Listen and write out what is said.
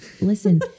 listen